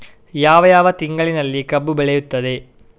ಯಾವ ಯಾವ ತಿಂಗಳಿನಲ್ಲಿ ಕಬ್ಬು ಬೆಳೆಯುತ್ತದೆ?